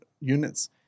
units